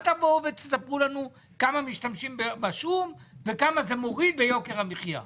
אל תבואו ותספרו לנו כמה משתמשים בשום וכמה זה מוריד מיוקר המחייה.